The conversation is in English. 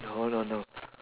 hold on hold